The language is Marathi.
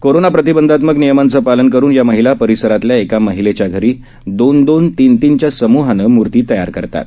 कोरोना प्रतिबंधात्मक नियमांचं पालन करून या महिला परिसरातील एका महिलेच्या घरी दोनदोन तीनतीनच्या समूहानं मूर्ती तयार करतात